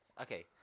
Okay